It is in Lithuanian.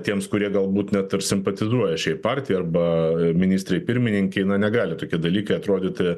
tiems kurie galbūt net ir simpatizuoja šiai partijai arba ministrei pirmininkei negali tokie dalykai atrodyti